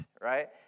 right